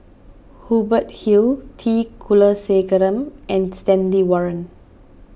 Hubert Hill T Kulasekaram and Stanley Warren